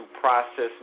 process